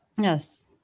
Yes